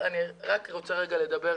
אני לא רוצה לחזור